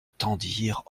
tendirent